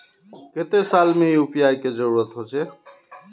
केते साल में यु.पी.आई के जरुरत होचे?